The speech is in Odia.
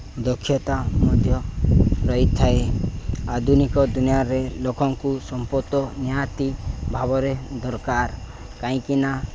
ଦକ୍ଷତା ମଧ୍ୟ ରହିଥାଏ ଆଧୁନିକ ଦୁନିଆରେ ଲୋକଙ୍କୁ ସମ୍ପଦ ନିହାତି ଭାବରେ ଦରକାର କାହିଁକିନା